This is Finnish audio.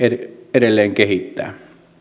edelleen kehittää